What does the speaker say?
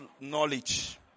knowledge